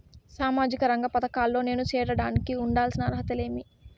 సామాజిక రంగ పథకాల్లో నేను చేరడానికి ఉండాల్సిన అర్హతలు ఏమి?